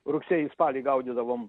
rugsėjį spalį gaudydavom